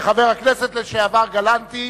וחבר הכנסת לשעבר גלנטי,